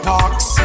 Parks